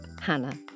Hannah